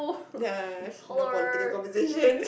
ya no political conversation